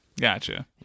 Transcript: gotcha